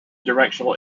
directional